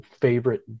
favorite